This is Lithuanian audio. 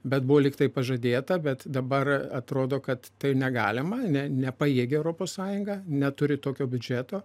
bet buvo lyg tai pažadėta bet dabar atrodo kad tai negalima jinai nepajėgia europos sąjunga neturi tokio biudžeto